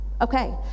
Okay